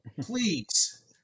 please